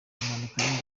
impanuka